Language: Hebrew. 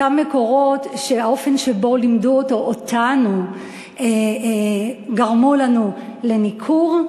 אותם מקורות שהאופן שבו לימדו אותנו אותם גרם לנו לניכור,